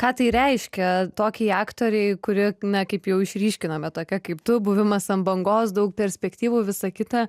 ką tai reiškia tokiai aktorei kuri na kaip jau išryškinome tokia kaip tu buvimas ant bangos daug perspektyvų visą kitą